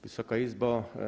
Wysoka Izbo!